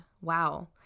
wow